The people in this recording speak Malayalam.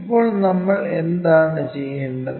ഇപ്പോൾ നമ്മൾ എന്താണ് ചെയ്യേണ്ടത്